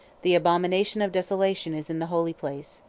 the abomination of desolation is in the holy place.